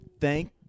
Thank